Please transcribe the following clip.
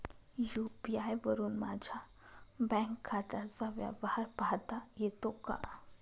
UPI वरुन माझ्या bank खात्याचा व्यवहार पाहता येतो का?